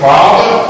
Father